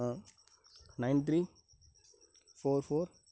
ah nine three four four